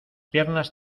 piernas